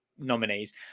nominees